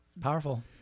Powerful